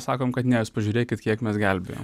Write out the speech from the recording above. sakom kad ne jūs pažiūrėkit kiek mes gelbėjom